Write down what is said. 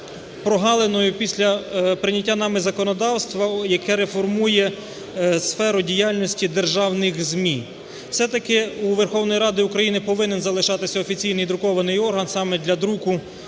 прогалиною після прийняття нами законодавства, яке реформує сферу діяльності державних ЗМІ. Все-таки у Верховної Ради України повинен залишатися офіційний друкований орган саме для друку